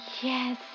Yes